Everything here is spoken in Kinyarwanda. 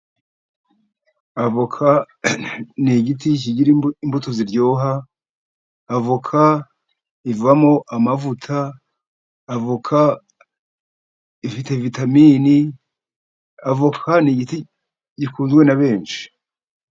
Avoka ni igiti kigira imbuto ziryoha. Avoka ivamo amavuta, avoka ifite vitamini, avoka ni igiti gikunzwe na benshi.